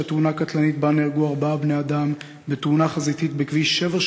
תאונה קטלנית שבה נהרגו ארבעה בני-אדם בכביש 784,